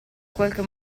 qualche